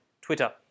Twitter